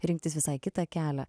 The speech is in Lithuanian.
rinktis visai kitą kelią